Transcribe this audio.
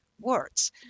words